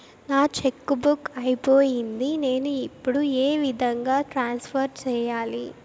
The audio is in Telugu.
నా చెక్కు బుక్ అయిపోయింది నేను ఇప్పుడు ఏ విధంగా ట్రాన్స్ఫర్ సేయాలి?